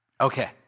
Okay